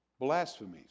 blasphemies